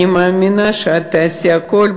אני מאמינה שאת תעשי הכול,